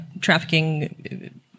trafficking